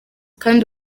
kandi